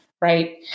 right